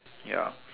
ya